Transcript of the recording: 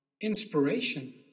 inspiration